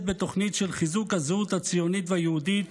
בתוכנית של חיזוק הזהות הציונית והיהודית